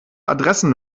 adressen